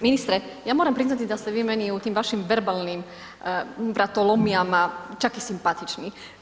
Ministre, ja moram priznati da ste vi meni u tim vašim verbalnim vratolomijama čak i simpatični.